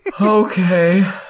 Okay